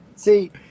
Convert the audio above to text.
See